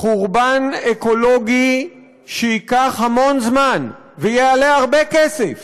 חורבן אקולוגי שייקח המון זמן ויעלה הרבה כסף